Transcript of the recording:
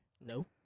No